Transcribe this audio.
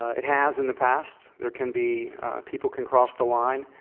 it has in the past. there can be people can cross the line.